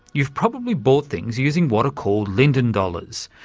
you've probably bought things using what are called linden dollars,